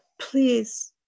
Please